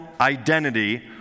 identity